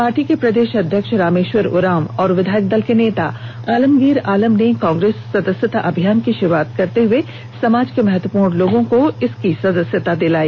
party के प्रदेष अध्यक्ष रामेष्वर उरांव और विधायक दल के नेता आलमगीर आलम ने कांग्रेस सदस्यता अभियान की शुरुआत करते हुए समाज के महत्वपूर्ण लोगों को सदस्यता दिलाई